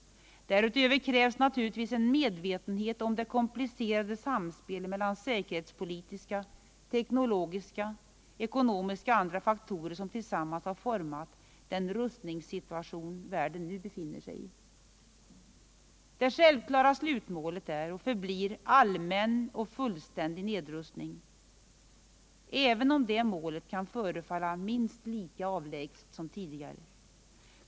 Därutöver krävs naturligtvis en medvetenhet om det komplicerade samspel mellan säkerhetspolitiska, teknologiska, ekonomiska och andra faktorer som tillsammans har format den rustningssituation världen nu befinner sig i. Det självklara slutmålet är och förblir allmän och fullständig nedrustning, även om det målet kan förefalla minst lika avlägset som tidigare.